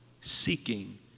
seeking